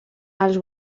els